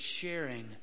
sharing